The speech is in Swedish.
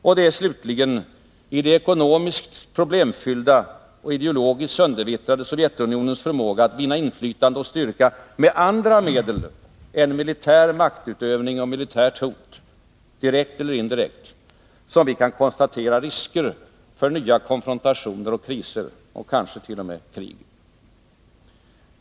Och slutligen är det i det ekonomiskt problemfyllda och ideologiskt söndervittrade Sovjetunionens oförmåga att vinna inflytande och styrka med andra medel än militär maktutövning och militärt hot — direkt eller indirekt — som vi kan konstatera risker för nya konfrontationer och kriser och kanske t.o.m. krig.